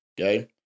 Okay